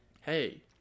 hey